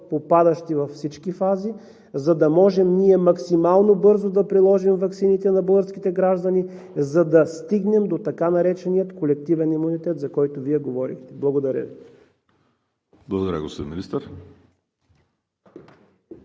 попадащи във всички фази, за да можем ние максимално бързо да приложим ваксините на българските граждани, за да стигнем до така наречения колективен имунитет, за който Вие говорихте. Благодаря